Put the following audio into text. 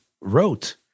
wrote